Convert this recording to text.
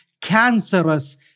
cancerous